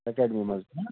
academy مَنٛز